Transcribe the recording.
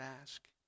ask